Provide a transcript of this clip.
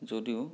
যদিও